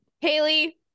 Haley